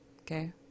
okay